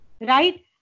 right